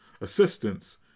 assistance